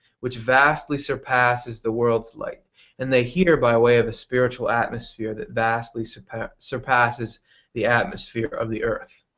which vastly surpasses the the world's light and they hear by way of a spiritual atmosphere that vastly surpasses surpasses the atmosphere of the earth.